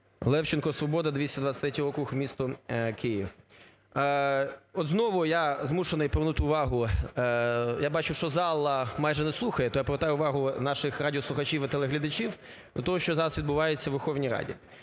Левченко, "Свобода". 223 округ, місто Київ. От знову я змушений привернути увагу, я бачу, що зала майже не слухає, то я привертаю увагу наших радіослухачів і телеглядачів до того, що зараз відбувається у Верховній Раді.